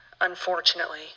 unfortunately